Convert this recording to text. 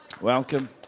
Welcome